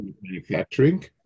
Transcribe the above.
manufacturing